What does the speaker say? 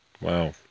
Wow